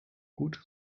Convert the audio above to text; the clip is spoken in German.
gut